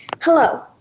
Hello